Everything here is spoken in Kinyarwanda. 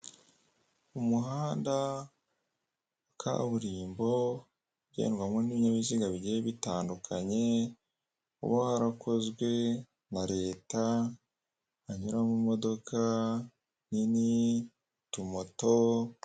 Umuhanda kaburimbo ugendwamo n'ibinyabiziga bigiye bitandukanye uba warakozwe na leta hanyuramo imodoka nini utumamoto.